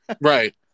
Right